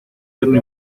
yerno